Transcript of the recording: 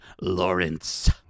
Lawrence